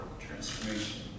transformation